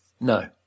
no